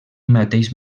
mateix